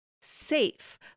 safe